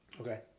Okay